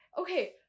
okay